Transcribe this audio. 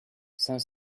cinq